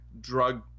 drug